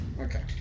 Okay